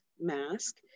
mask